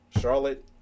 Charlotte